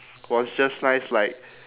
was just nice like